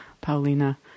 Paulina